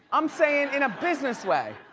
i'm saying, in a business way.